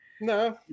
No